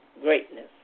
greatness